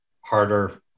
harder